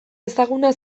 ezaguna